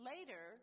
Later